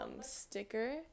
sticker